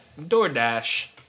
DoorDash